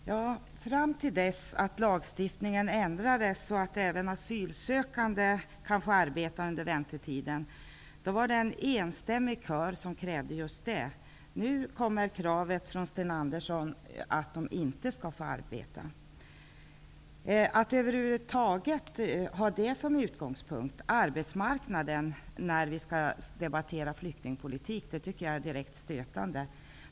Herr talman! Fram till dess att lagstiftningen ändrades så att även asylsökande kan få arbeta under väntetiden, var det en enstämmig kör som krävde just det. Nu kommer kravet från Sten Andersson i Malmö att de inte skall få arbeta. Att över huvud taget ha arbetsmarknaden som utgångspunkt när vi skall debattera flyktingpolitik tycker jag är direkt stötande.